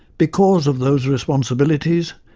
because of those responsibilities,